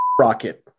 rocket